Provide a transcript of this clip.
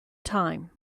time